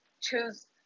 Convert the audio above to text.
choose